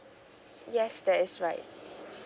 yes that is right